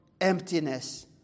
emptiness